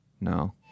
No